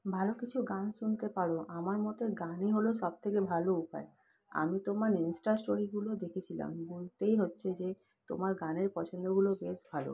ভালো কিছু গান শুনতে পারো আমার মতে গানই হলো সব থেকে ভালো উপায় আমি তোমার ইন্সটা স্টোরিগুলো দেখছিলাম বলতেই হচ্ছে যে তোমার গানের পছন্দগুলো বেশ ভালো